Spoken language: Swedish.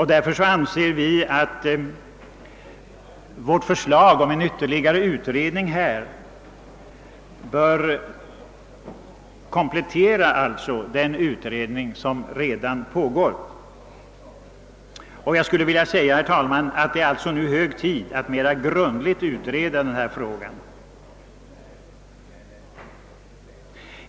Därför har vi föreslagit att ytterligare en utredning bör komplettera den som redan pågår. Det är nu hög tid att mera grundligt utreda hela denna fråga.